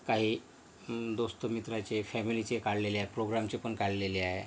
काही दोस्त मित्राचे फॅमिलीचे काढलेले आहे प्रोग्रामचे पण काढलेले आहे